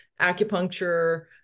acupuncture